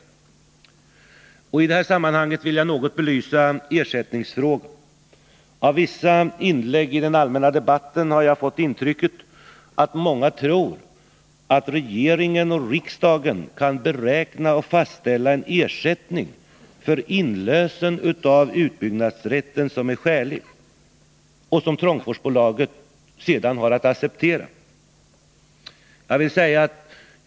I detta sammanhang vill jag vidare något belysa ersättningsfrågan. Av vissa inlägg i den allmänna debatten har jag fått intrycket att många tror att regeringen och riksdagen kan beräkna och fastställa en ersättning för inlösen av utbyggnadsrätten som är skälig och som Trångforsbolaget sedan har att acceptera.